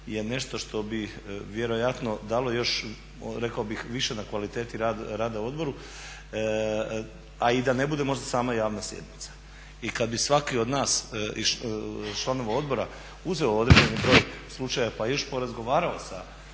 je nešto što bi vjerojatno dalo još rekao bih više na kvaliteti rada odbora i da ne bude možda sama javna sjednica. I kad bi svaki od nas članova odbora uzeo određeni broj slučajeva pa još porazgovarao sa